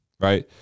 right